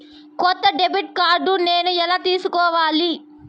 కొత్త debit card నేను ఎలా తీసుకోవాలి?